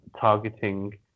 targeting